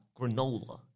Granola